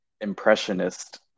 impressionist